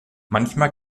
manchmal